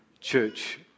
church